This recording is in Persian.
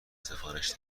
سفارش